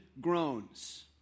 groans